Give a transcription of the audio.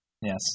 Yes